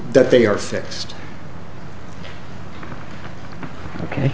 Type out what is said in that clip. that they are fixed ok